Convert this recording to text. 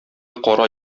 кара